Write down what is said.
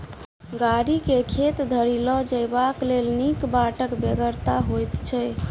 गाड़ी के खेत धरि ल जयबाक लेल नीक बाटक बेगरता होइत छै